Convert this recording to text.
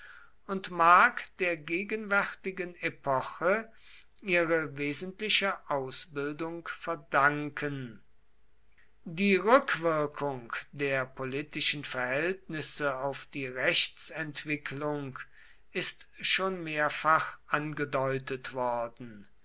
und mag der gegenwärtigen epoche ihre wesentliche ausbildung verdanken die rückwirkung der politischen verhältnisse auf die rechtsentwicklung ist schon mehrfach angedeutet worden